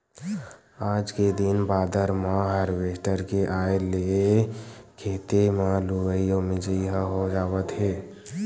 आज के दिन बादर म हारवेस्टर के आए ले खेते म लुवई अउ मिजई ह हो जावत हे